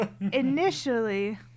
initially